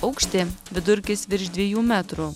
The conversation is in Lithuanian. aukšti vidurkis virš dviejų metrų